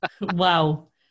Wow